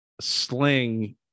sling